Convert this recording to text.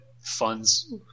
funds